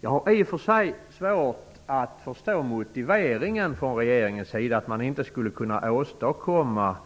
Jag har svårt att förstå regeringens motivering för att inte kunna åstadkomma